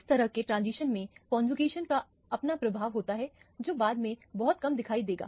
इस तरह के ट्रांजिशन में कौनजुकेशन का अपना प्रभाव होता है जो बाद में बहुत कम दिखाई देगा